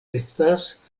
estas